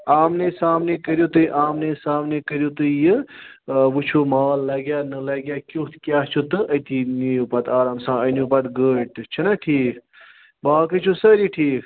آمنے سامنے کٔرِو تُہۍ آمنے سامنے کٔرِو تُہۍ یہِ وٕچھُو مال لََگیٛا نہٕ لَگیٛا کِیُٛتھ کیاہ چھُ تہٕ أتی نِیِو پَتہٕ آرام سان أنِو پَتہٕ گٲڑۍ تہِ چھُنا ٹھیٖک باقٕے چھُو سٲری ٹھیٖک